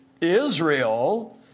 Israel